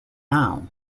now